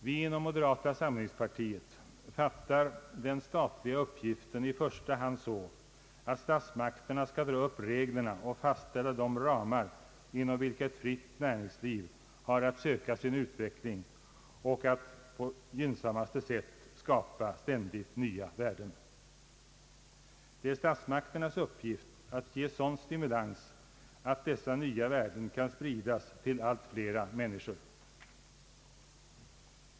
Vi inom moderata samlingspartiet fattar den statliga uppgiften i första hand så att statsmakterna skall dra upp reglerna och fastställa de ramar inom vilka ett fritt näringsliv har att söka sin utveckling och på gynnsammaste sätt skapa ständigt nya värden. Det är statsmakternas uppgift att ge stimulans till att dessa nya värden sprids till allt fler människor.